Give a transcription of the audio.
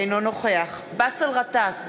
אינו נוכח באסל גטאס,